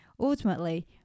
Ultimately